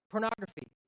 Pornography